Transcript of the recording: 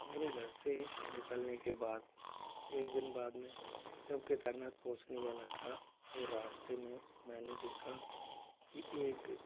मेरे घर से निकलने के बाद एक दिन बाद में जब केदारनाथ पहुँचने वाला था तो रास्ते में मैंने देखा कि एक